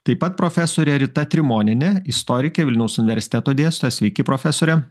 taip pat profesorė rita trimonienė istorikė vilniaus universiteto dėstytoja sveiki profesore